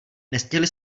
nestihli